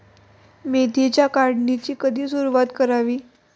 मेथीच्या काढणीची कधी सुरूवात करावी?